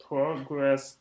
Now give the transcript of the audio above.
Progress